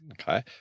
Okay